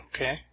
okay